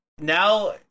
Now